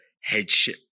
headship